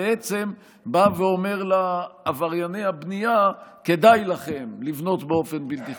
היא בעצם אומרת לעברייני הבנייה: כדאי לכם לבנות באופן בלתי חוקי,